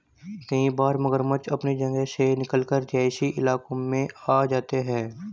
कई बार मगरमच्छ अपनी जगह से निकलकर रिहायशी इलाकों में आ जाते हैं